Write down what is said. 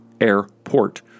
airport